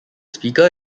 speaker